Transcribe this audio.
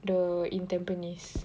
the in Tampines